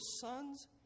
sons